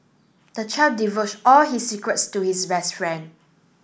the child divulged all his secrets to his best friend